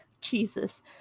Jesus